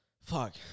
Fuck